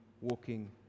walking